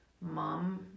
mom